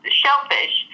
shellfish